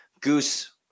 goose